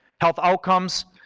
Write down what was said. health outcomes,